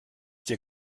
dir